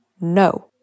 No